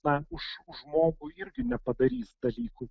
na už už žmogų irgi nepadarys dalykų